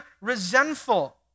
resentful